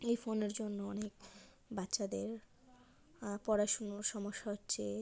এই ফোনের জন্য অনেক বাচ্চাদের পড়াশুনোর সমস্যা হচ্ছে